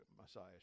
Messiah